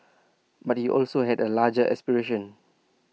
but he also had A larger aspiration